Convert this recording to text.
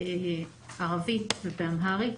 ערבית ואמהרית,